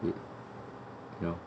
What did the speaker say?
with you know